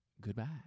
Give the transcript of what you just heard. goodbye